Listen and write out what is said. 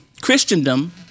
Christendom